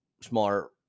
smaller